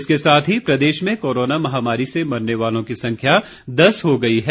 इसके साथ ही प्रदेश में कोरोना महामारी से मरने वालों की संख्या दस हो गई है